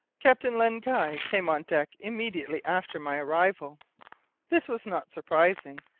captain len guy came on deck immediately after my arrival this was not surprising,